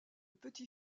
petit